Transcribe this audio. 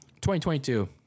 2022